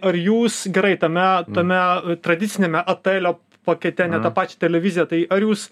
ar jūs gerai tame tame tradiciniame atėlio pakete ne tą pačią televiziją tai ar jūs